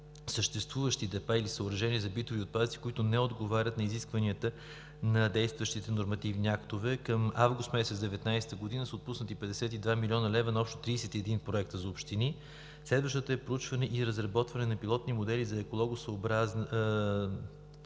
съществуващи депа или съоръжения за битови отпадъци, които не отговарят на изискванията на действащите нормативни актове“. Към месец август 2019 г. са отпуснати 52 млн. лв. на общо 31 проекта за общини. Следващата е „Проучване и разработване на пилотни модели за екологосъобразно